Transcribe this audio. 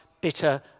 bitter